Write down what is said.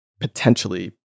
potentially